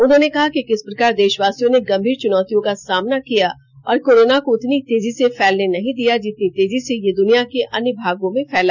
उन्होंने कहा कि किस प्रकार देशवासियों ने गंभीर चुनौतियों का सामना किया और कोरोना को उतनी तेजी से फैलने नहीं दिया जितनी तेजी से यह दुनिया के अन्य भागों में फैला